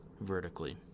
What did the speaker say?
vertically